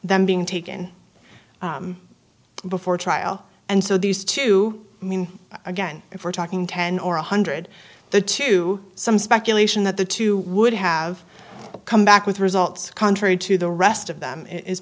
them being taken before trial and so these two i mean again if we're talking ten or one hundred the two some speculation that the two would have come back with results contrary to the rest of them is